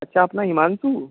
अच्छा अपना हिमांशु